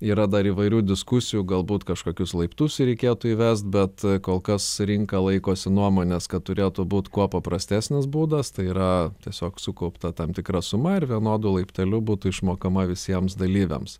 yra dar įvairių diskusijų galbūt kažkokius laiptus reikėtų įvest bet kol kas rinka laikosi nuomonės kad turėtų būt kuo paprastesnis būdas tai yra tiesiog sukaupta tam tikra suma ir vienodu laipteliu būtų išmokama visiems dalyviams